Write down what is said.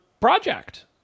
project